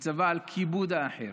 מצווה על כיבוד האחר,